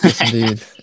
Indeed